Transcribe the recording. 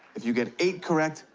if you get eight correct,